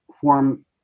form